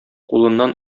кулыннан